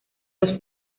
los